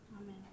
Amen